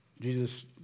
Jesus